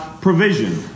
provision